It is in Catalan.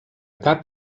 cap